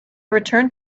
returned